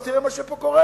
אז תראה מה שפה קורה.